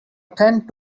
attend